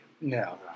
No